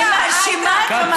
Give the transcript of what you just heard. אני מאשימה את המצב.